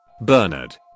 Bernard